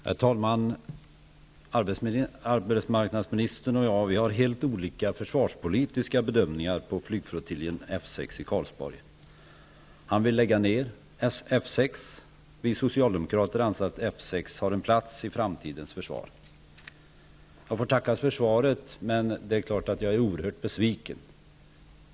Herr talman! Arbetsmarknadsministern och jag har helt olika försvarpolitiska bedömningar när det gäller flygflottiljen F 6 i Karlsborg. Arbetsmarknadsministern vill lägga ned F 6 -- vi socialdemokrater anser att F 6 har en plats i framtidens försvar. Jag får tacka för svaret, men det är klart att jag är oerhört besviken.